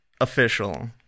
official